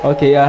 Okay